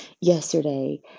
yesterday